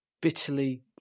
bitterly